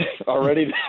already